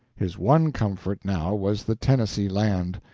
his one comfort now was the tennessee land.